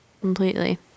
completely